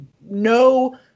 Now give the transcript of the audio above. no